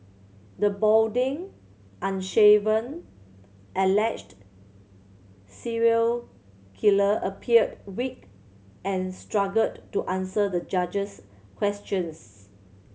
the balding unshaven alleged serial killer appeared weak and struggled to answer the judge's questions